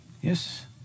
yes